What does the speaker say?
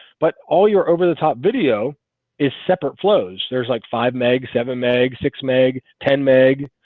but all you're over the top video is separate flows there's like five megs seven meg six meg ten meg